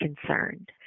concerned